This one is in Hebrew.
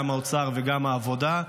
גם האוצר וגם העבודה,